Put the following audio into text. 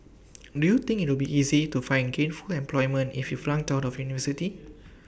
do you think it'll be easy to find gainful employment if you flunked out of university